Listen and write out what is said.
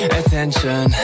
attention